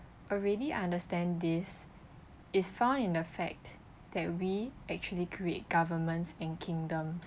already understand this it's found in the fact that we actually create governments and kingdoms